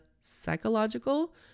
psychological